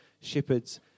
shepherds